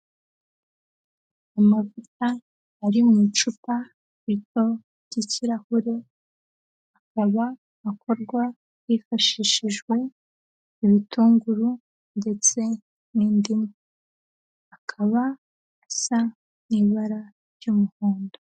Amavuta ari mu icupa rito ry'ikirahure, akaba akorwa hifashishijwe ibitunguru ndetse n'indimu, akaba asa n'ibara ry'umuhondo.